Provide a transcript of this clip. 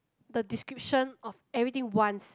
the description of everything once